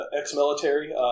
Ex-military